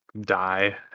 die